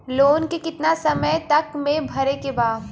Loan के कितना समय तक मे भरे के बा?